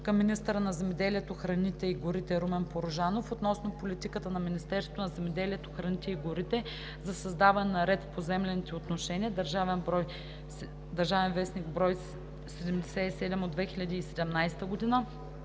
към министъра на земеделието, храните и горите Румен Порожанов относно политиката на Министерството на земеделието, храните и горите за създаване на ред в поземлените отношения (обн., ДВ, бр. 77 от 2017 г.),